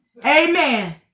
Amen